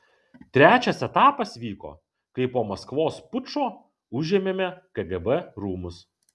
trečias etapas vyko kai po maskvos pučo užėmėme kgb rūmus